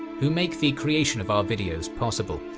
who make the creation of our videos possible.